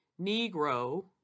Negro